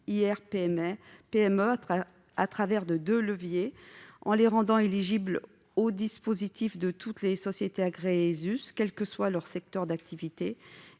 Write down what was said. IR-PME au travers de deux leviers : rendre éligibles au dispositif toutes les sociétés agréées ESUS, quels que soient leurs secteurs d'activité